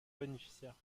bénéficiaire